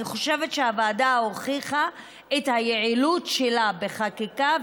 אני חושבת שהוועדה הוכיחה את היעילות שלה בחקיקה,